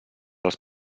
als